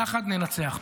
יחד ננצח.